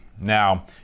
Now